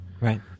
Right